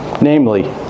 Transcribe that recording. Namely